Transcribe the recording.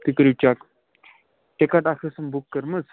تُہۍ کٔرِو check ticket اَکھ ٲسٕم بُک کٔرمٕژ